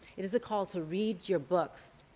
it is a call to read your books.